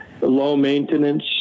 low-maintenance